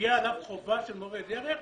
תהיה עליו חובה של מורי דרך,